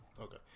Okay